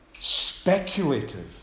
speculative